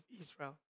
Israel